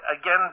again